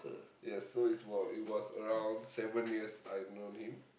yes so it's while it was around seven years I've known him